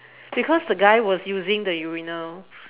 because the guy was using the urinal